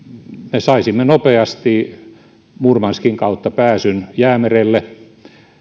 me saisimme nopeasti murmanskin kautta pääsyn jäämerelle